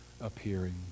appearing